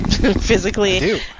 physically